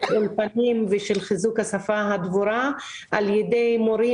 חיזוק השפה הדבורה על ידי מורים.